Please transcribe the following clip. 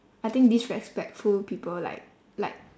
I think disrespectful people like like